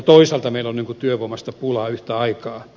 toisaalta meillä on työvoimasta pulaa yhtä aikaa